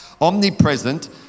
Omnipresent